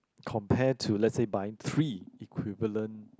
compare to let's say buying three equivalent